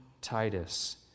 Titus